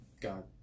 God